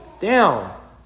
down